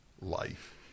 life